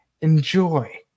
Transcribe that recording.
enjoy